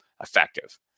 effective